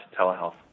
telehealth